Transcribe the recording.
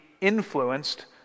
influenced